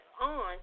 on